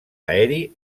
aeri